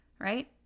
right